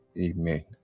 Amen